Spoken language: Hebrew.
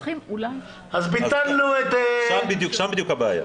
אז ביטלנו את --- שם בדיוק הבעיה.